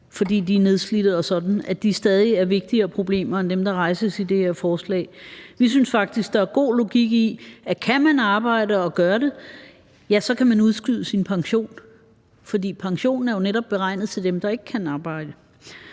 fordi de er nedslidte og sådan, altså at det stadig er vigtigere problemer end dem, der rejses i det her forslag. Vi synes faktisk, at der er god logik i, at kan man arbejde, og gør man det, så kan man udskyde sin pension, fordi pensionen jo netop er beregnet til dem, der ikke kan arbejde.